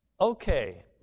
okay